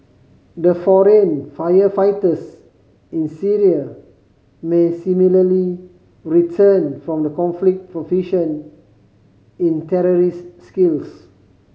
the foreign fire fighters in Syria may similarly return from the conflict proficient in terrorist skills